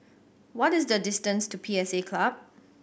what is the distance to P S A Club